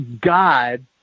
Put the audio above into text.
God